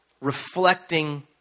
reflecting